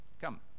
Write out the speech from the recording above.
come